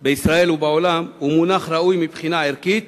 בישראל ובעולם, הוא מונח ראוי מבחינה ערכית